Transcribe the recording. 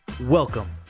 Welcome